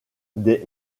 des